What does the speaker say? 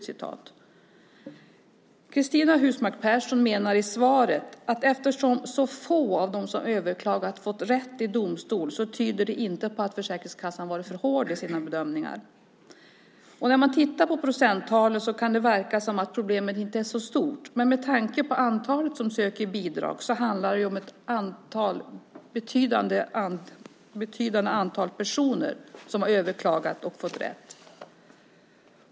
Cristina Husmark Pehrsson säger i svaret att få av dem som överklagat fått rätt i domstol, vilket inte tyder på att Försäkringskassan har varit för hård i sina bedömningar. När man tittar på procenttalen kan det verka som att problemet inte är så stort. Men med tanke på antalet människor som söker bidrag handlar det om ett betydande antal personer som har överklagat och fått rätt.